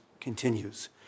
continues